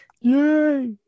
Yay